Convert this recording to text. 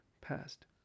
passed